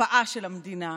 הקפאה של המדינה,